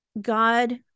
God